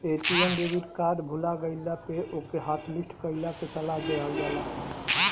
ATM debit card भूला गईला पे ओके हॉटलिस्ट कईला के सलाह देहल जाला